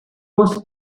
was